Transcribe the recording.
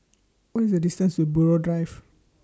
What IS The distance to Buroh Drive